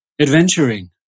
adventuring